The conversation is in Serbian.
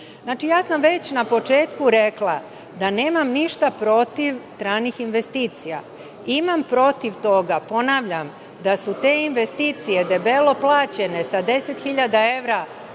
već sam na početku rekla da nemam ništa protiv stranih investicija. Imam protiv toga, ponavljam, da su te investicije debelo plaćene sa 10.000 evra